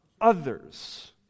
others